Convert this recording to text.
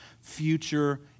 future